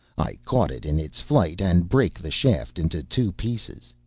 i caught it in its flight, and brake the shaft into two pieces.